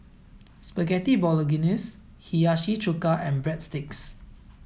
Spaghetti Bolognese Hiyashi chuka and Breadsticks